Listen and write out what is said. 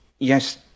Yes